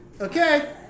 okay